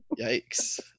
yikes